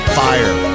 fire